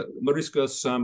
Moriscos